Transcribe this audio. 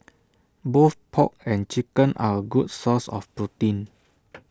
both pork and chicken are A good source of protein